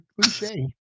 cliche